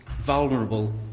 vulnerable